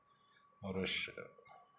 औरोश